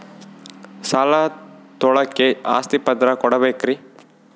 ಸಾಲ ತೋಳಕ್ಕೆ ಆಸ್ತಿ ಪತ್ರ ಕೊಡಬೇಕರಿ?